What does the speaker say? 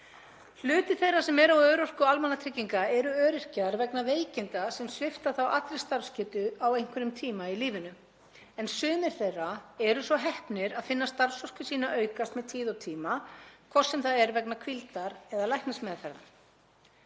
Hluti þeirra sem eru á örorku almannatrygginga er öryrkjar vegna veikinda sem svipta þá allri starfsgetu á einhverjum tíma í lífinu en sumir þeirra eru svo heppnir að finna starfsorku sína aukast með tíð og tíma, hvort sem það er vegna hvíldar eða læknismeðferðar.